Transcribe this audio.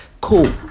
Cool